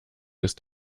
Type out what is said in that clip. ist